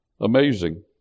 Amazing